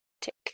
tick